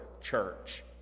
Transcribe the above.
church